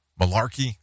malarkey